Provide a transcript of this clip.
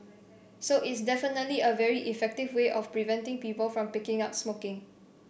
so it's definitely a very effective way of preventing people from picking up smoking